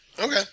Okay